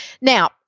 Now